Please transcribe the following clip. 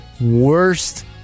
worst